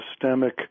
systemic